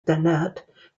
dennett